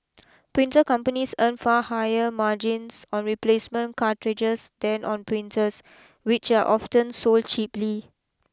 printer companies earn far higher margins on replacement cartridges than on printers which are often sold cheaply